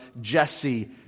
Jesse